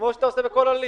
כמו שאתה עושה בכל הליך.